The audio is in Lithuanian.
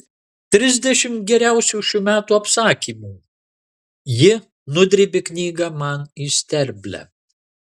trisdešimt geriausių šių metų apsakymų ji nudrėbė knygą man į sterblę